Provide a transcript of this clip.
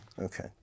Okay